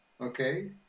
Okay